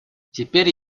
теперь